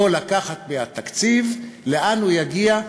או לקחת מהתקציב, לאן הוא יגיע.